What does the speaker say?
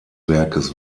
werkes